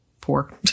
poor